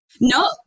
No